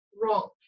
wrong